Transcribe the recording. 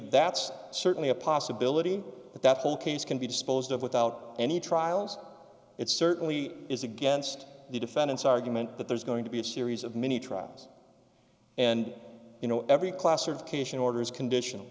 that's certainly a possibility that that whole case can be disposed of without any trials it certainly is against the defendant's argument that there's going to be a series of mini trials and you know every classification order is condition